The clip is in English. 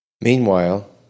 Meanwhile